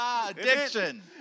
Addiction